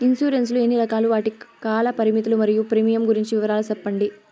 Insurance లు ఎన్ని రకాలు? వాటి కాల పరిమితులు మరియు ప్రీమియం గురించి వివరాలు సెప్పండి?